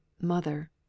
Mother